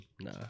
no